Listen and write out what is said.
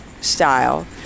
style